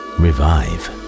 revive